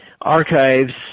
Archives